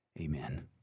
Amen